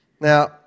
Now